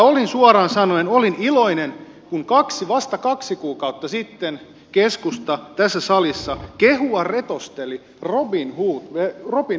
olin suoraan sanoen iloinen kun vasta kaksi kuukautta sitten keskusta tässä salissa kehua retosteli robinhood verolla